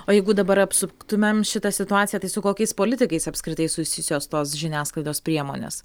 o jeigu dabar apsuktumėm šitą situaciją tai su kokiais politikais apskritai susijusios tos žiniasklaidos priemonės